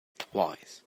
twice